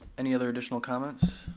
any other additional comments?